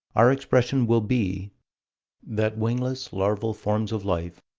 our expression will be that wingless, larval forms of life,